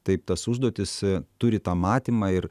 taip tas užduotis turi tą matymą ir